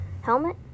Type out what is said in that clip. helmet